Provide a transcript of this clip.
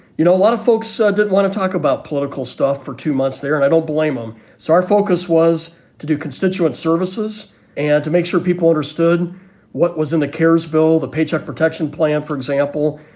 you know, a lot of folks so didn't want to talk about political stuff for two months there, and i don't blame them. so our focus was to do constituent services and to make sure people understood what was in the keres bill, the paycheck protection plan, for example,